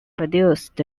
produced